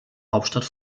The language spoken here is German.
hauptstadt